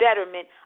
betterment